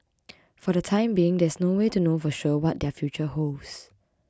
for the time being there is no way to know for sure what their future holds